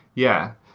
yeah.